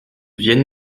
viennent